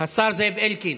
השר זאב אלקין,